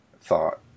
thought